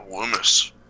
Loomis